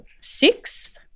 Sixth